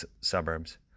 suburbs